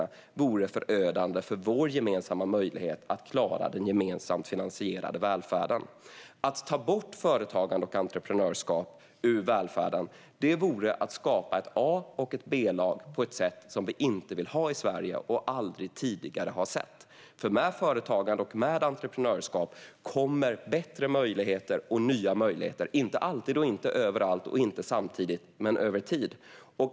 Att göra detta vore förödande för vår gemensamma möjlighet att klara den gemensamt finansierade välfärden. Att ta bort företagande och entreprenörskap ur välfärden vore att skapa ett A-lag och ett B-lag på ett sätt som vi inte vill i Sverige och som vi aldrig tidigare har sett. Med företagande och med entreprenörskap kommer bättre möjligheter och nya möjligheter - inte alltid, inte överallt och inte samtidigt men över tid.